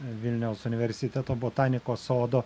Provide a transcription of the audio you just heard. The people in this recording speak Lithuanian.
vilniaus universiteto botanikos sodo